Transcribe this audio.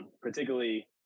particularly